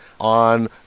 on